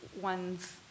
one's